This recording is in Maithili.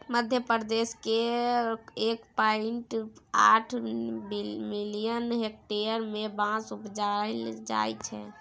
मध्यप्रदेश केर एक पॉइंट आठ मिलियन हेक्टेयर मे बाँस उपजाएल जाइ छै